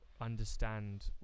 understand